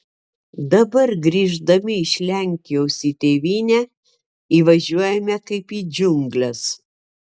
dabar grįždami iš lenkijos į tėvynę įvažiuojame kaip į džiungles